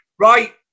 Right